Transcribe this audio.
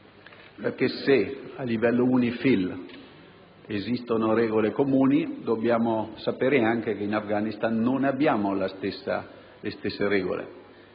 senso. Se a livello UNIFIL esistono regole comuni, dobbiamo sapere anche che in Afghanistan non abbiamo le stesse regole